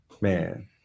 Man